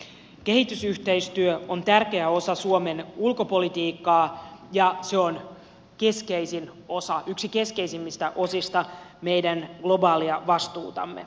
kehitysyhteistyö on tärkeä osa suomen ulkopolitiikkaa ja se on yksi keskeisimmistä osista meidän globaalia vastuutamme